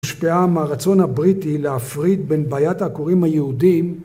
משפיעה מהרצון הבריטי להפריד בין בעיית הקוראים היהודיים